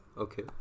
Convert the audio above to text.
Okay